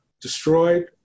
destroyed